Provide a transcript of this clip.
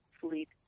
fleet